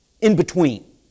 in-between